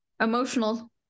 emotional